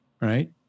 right